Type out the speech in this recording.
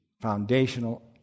foundational